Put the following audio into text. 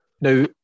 Now